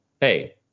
hey